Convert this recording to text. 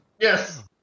yes